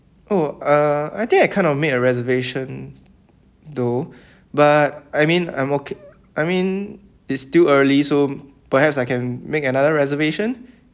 oh uh I think I can't of made a reservation though but I mean I'm okay I mean it's still early so perhaps I can make another reservation